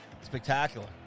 spectacular